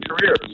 careers